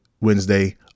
Wednesday